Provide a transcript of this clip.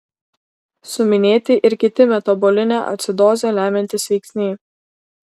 suminėti ir kiti metabolinę acidozę lemiantys veiksniai